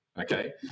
okay